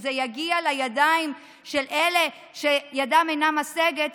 שזה יגיע לידיים של אלה שידם אינה משגת,